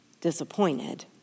disappointed